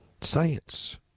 science